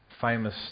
Famous